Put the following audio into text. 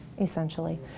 essentially